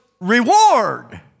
reward